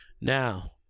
Now